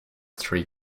three